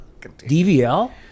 DVL